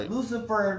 Lucifer